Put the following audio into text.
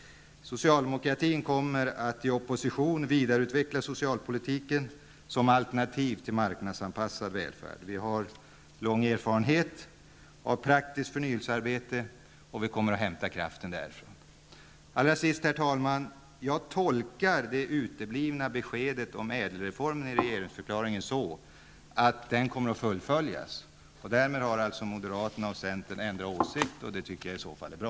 Socialdemokratin kommer i opposition att vidareutveckla socialpolitiken som alternativ till marknadsanpassad välfärd. Vi har lång erfarenhet av praktiskt förnyelsearbete, och vi kommer att hämta kraften därifrån. Allra sist, herr talman, tolkar jag det uteblivna beskedet om ÄDEL-reformen i regeringsförklaringen så att den kommer att fullföljas, och därmed har alltså moderaterna och centern ändrat åsikt, vilket i så fall är bra.